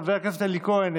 חבר הכנסת אלי כהן,